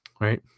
Right